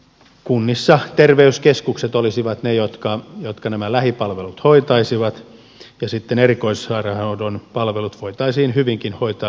kunnissa terveyskeskukset olisivat ne jotka nämä lähipalvelut hoitaisivat ja sitten erikoissairaanhoidon palvelut voitaisiin hyvinkin hoitaa nykyisissä sairaanhoitopiireissä